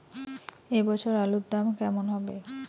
এ বছর আলুর দাম কেমন হবে?